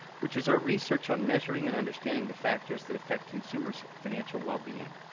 which is our research on measuring and understanding the factors that affect consumers' financial wellbeing.